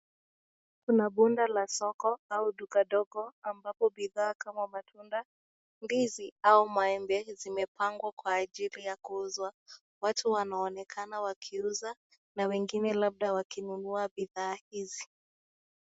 Kuna bunda la soko ama duka ndogo ambapo bidhaa kama matunda, ndizi ama maembe zimepangwa kwa ajili ya kuuzwa. Watu wanaonekana wakiuza na wengine labda wakinunua bidhaa hizi.